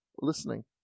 listening